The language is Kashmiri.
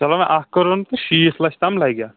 چَلو وۅنۍ اَکھ کَرور تہٕ شیٖتھ لَچھ تام لَگہِ اَتھ